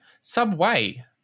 Subway